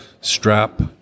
strap